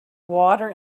water